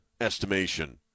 estimation